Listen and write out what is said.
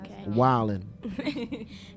Wilding